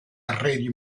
arredi